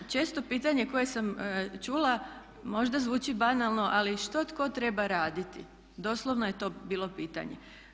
Često pitanje koje sam čula možda zvuči banalno ali što tko treba raditi, doslovno je to bilo pitanje.